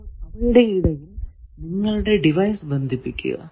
അപ്പോൾ അവയുടെ ഇടയിൽ നിങ്ങളുടെ ഡിവൈസ് ബന്ധിപ്പിക്കുക